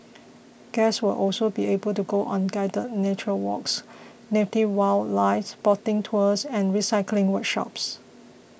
guests will also be able to go on guided nature walks native wildlife spotting tours and recycling workshops